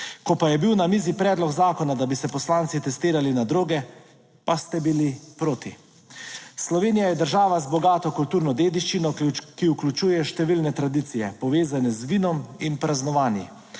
Ko pa je bil na mizi predlog zakona, da bi se poslanci testirali na droge, pa ste bili proti. Slovenija je država z bogato kulturno dediščino, ki vključuje številne tradicije, povezane z vinom in praznovanji.